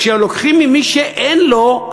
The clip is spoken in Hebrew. כשלוקחים ממי שאין לו,